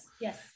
yes